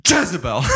Jezebel